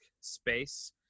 space